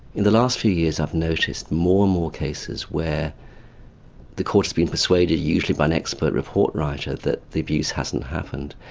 in the last few years i've noticed more and more cases where the court has being persuaded, usually by an expert report writer, that the abuse hasn't happened,